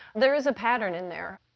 there is a pattern in there.